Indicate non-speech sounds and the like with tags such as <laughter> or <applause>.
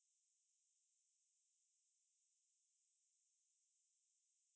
oh you can do that <laughs> it's a very flexible thing I see